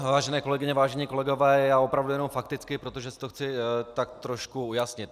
Vážené kolegyně, vážení kolegové, já opravdu jenom fakticky, protože si to chci tak trošku ujasnit.